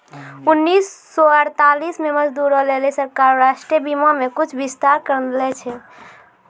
उन्नीस सौ अड़तालीस मे मजदूरो लेली सरकारें राष्ट्रीय बीमा मे कुछु विस्तार करने छलै